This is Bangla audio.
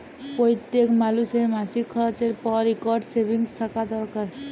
প্যইত্তেক মালুসের মাসিক খরচের পর ইকট সেভিংস থ্যাকা দরকার